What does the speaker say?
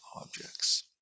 objects